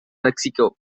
mexico